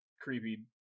creepy